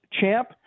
Champ